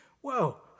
whoa